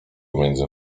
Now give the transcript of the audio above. między